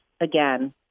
again